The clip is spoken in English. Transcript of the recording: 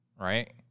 right